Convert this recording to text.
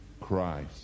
Christ